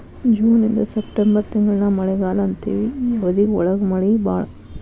June ಇಂದ ಸೆಪ್ಟೆಂಬರ್ ತಿಂಗಳಾನ ಮಳಿಗಾಲಾ ಅಂತೆವಿ ಈ ಅವಧಿ ಒಳಗ ಮಳಿ ಬಾಳ